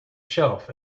shelf